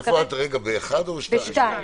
אני בפסקה (2).